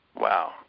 Wow